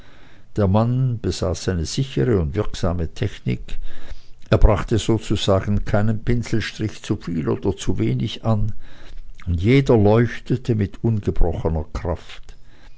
der mann besaß eine sichere und wirksame technik er brachte sozusagen keinen pinselstrich zuviel oder zuwenig an und jeder leuchtete mit ungebrochener kraft